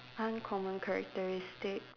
uncommon characteristic